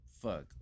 Fuck